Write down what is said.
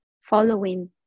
following